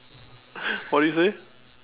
what did you say